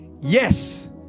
yes